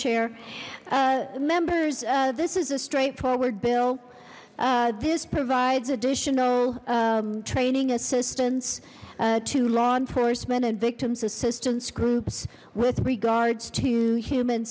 chair members this is a straightforward bill this provides additional training assistance to law enforcement and victims assistance groups with regards to human